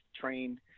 trained